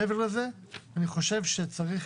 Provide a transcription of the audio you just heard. מעבר לזה, אני חושב שצריך